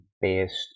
based